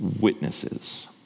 witnesses